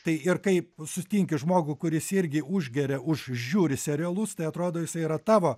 tai ir kaip sutinki žmogų kuris irgi užgeria užžiūri serialus tai atrodo jisai yra tavo